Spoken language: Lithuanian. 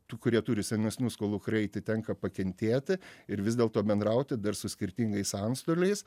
tų kurie turi senesnių skolų kraitį tenka pakentėti ir vis dėlto bendrauti dar su skirtingais antstoliais